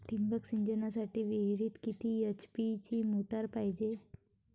ठिबक सिंचनासाठी विहिरीत किती एच.पी ची मोटार पायजे?